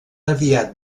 aviat